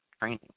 training